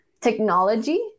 technology